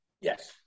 Yes